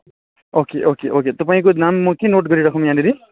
okay okay okay तपाईँको नाम म के नोट गरिराखौँ यहाँनेरि